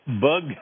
bug